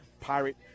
Pirate